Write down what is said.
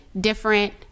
different